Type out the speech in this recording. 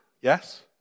yes